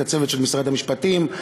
הצוות של משרד המשפטים,